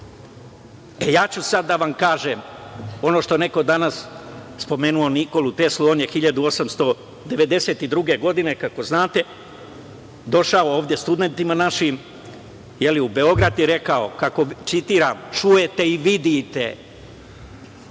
ću sad da vam kažem ono što je neko danas spomenuo – Nikolu Teslu. On je 1892. godine, kako znate, došao ovde studentima našim u Beograd i rekao, citiram: „Čujte i vidite,